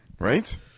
Right